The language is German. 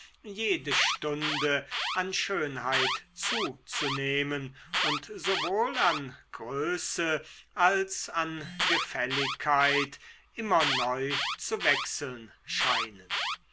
jede stunde an schönheit zuzunehmen und sowohl an größe als an gefälligkeit immer neu zu wechseln scheinen